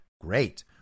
Great